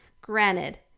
Granted